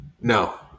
No